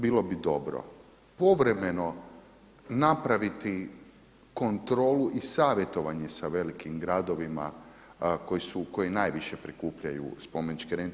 Bilo bi dobro povremeno napraviti kontrolu i savjetovanje sa velikim gradovima koji najviše prikupljaju spomeničke rente.